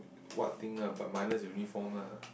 what thing lah but minus uniform ah